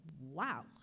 wow